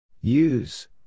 Use